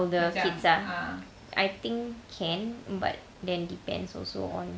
older kids ah I think can but then depends also on